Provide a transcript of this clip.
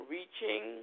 Reaching